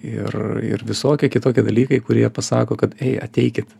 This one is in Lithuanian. ir ir visokie kitokie dalykai kurie pasako kad ei ateikit